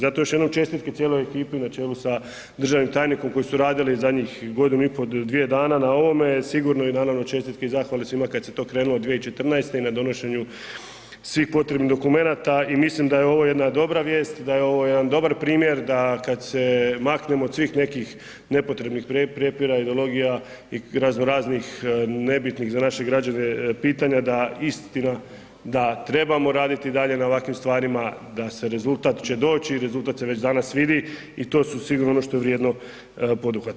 Zato još jednom čestitke cijeloj ekipi na čelu sa državnim tajnikom koji su radili zadnjih godinu i pol do dvije dana na ovome, sigurno i naravno čestitke i zahvale svima kad se to krenulo 2014. i na donošenju svih potrebnih dokumenata i mislim da je ovo jedna dobra vijest, da je ovo jedan dobar primjer, da kad se maknemo od svih nekih nepotrebnih prijepora, ideologija i razno raznih nebitnih za naše građane pitanja da, istina da trebamo raditi i dalje na ovakvim stvarima, da se, rezultat će doći i rezultat se već danas vidi i to su sigurno ono što je vrijedno poduhvata.